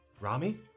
Rami